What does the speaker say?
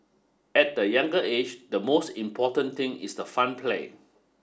at the younger age the most important thing is the fun play